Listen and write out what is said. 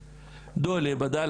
ברור לו שזה פשע,